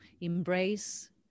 embrace